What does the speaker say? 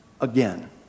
again